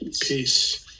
Peace